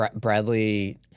Bradley